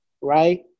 right